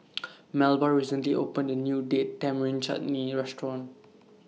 Melba recently opened A New Date Tamarind Chutney Restaurant